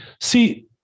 see